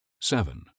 Seven